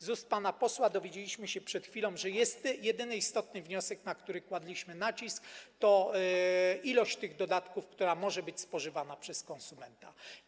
Z ust pana posła dowiedzieliśmy się przed chwilą, że jest jedyny, istotny wniosek, na który kładliśmy nacisk, dotyczący ilości tych dodatków, która może być spożywana przez konsumenta.